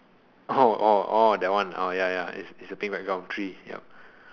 oh orh orh that one oh ya ya is is a thing background three yup